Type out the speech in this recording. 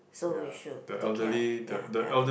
so we should take care ya the elder